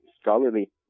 scholarly